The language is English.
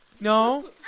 No